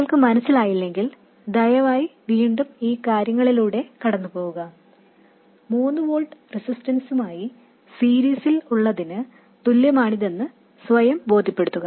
നിങ്ങൾക്ക് മനസിലായില്ലെങ്കിൽ ദയവായി വീണ്ടും ഈ കാര്യങ്ങളിലൂടെ കടന്നുപോവുക 3 വോൾട്ട് റെസിസ്റ്റൻസുമായി സീരീസിൽ ഉള്ളതിന് തുല്യമാണിതെന്ന് സ്വയം ബോധ്യപ്പെടുത്തുക